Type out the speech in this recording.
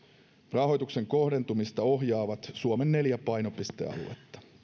rahoituksen kohdentumista ohjaavat suomen neljä painopistealuetta